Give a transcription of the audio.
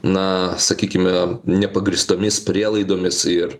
na sakykime nepagrįstomis prielaidomis ir